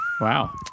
Wow